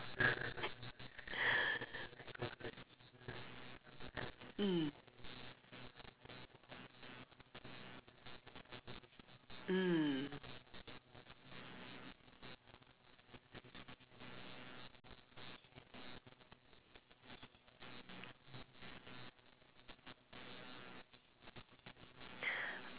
mm mm